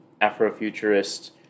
Afrofuturist